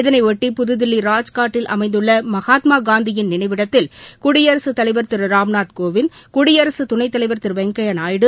இதனையொட்டி புதுதில்லி ராஜ்காட்டில் அமைந்துள்ள மகாத்மா காந்தியின் நினைவிடத்தில் குடியரசுத் தலைவர் திரு ராம்நாத்கோவிந்த் குடியரசு துணைத்தலைவர் திரு வெங்கையா நாயுடு